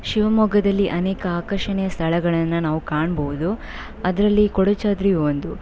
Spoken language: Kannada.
ಶಿವಮೊಗ್ಗದಲ್ಲಿ ಅನೇಕ ಆಕರ್ಷಣೀಯ ಸ್ಥಳಗಳನ್ನು ನಾವು ಕಾಣ್ಬಹುದು ಅದರಲ್ಲಿ ಕೊಡಚಾದ್ರಿ ಒಂದು